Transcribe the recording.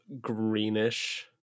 greenish